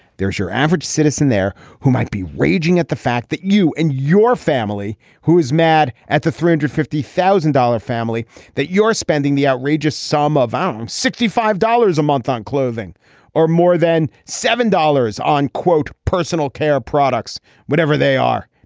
there's your average citizen there who might be raging at the fact that you and your family who is mad at the three hundred fifty thousand dollar family that you're spending the outrageous sum of um sixty five dollars a month on clothing or more than seven dollars on quote personal care products whatever they are.